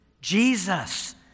Jesus